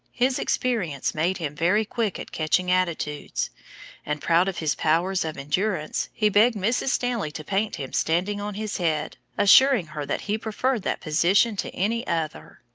his experience made him very quick at catching attitudes and, proud of his powers of endurance, he begged mrs. stanley to paint him standing on his head, assuring her that he preferred that position to any other!